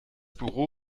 büro